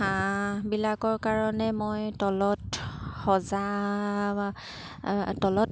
হাঁহবিলাকৰ কাৰণে মই তলত সজা তলত